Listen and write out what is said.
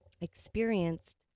experienced